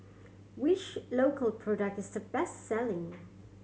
which Iocal product is the best selling